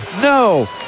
no